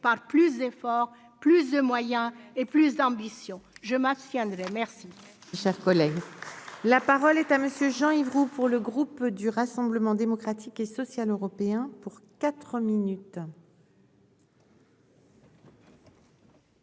par plus d'efforts, plus de moyens et plus d'ambition, je m'abstiendrai. Cher